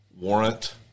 warrant